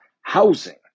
housing